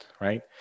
right